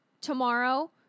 tomorrow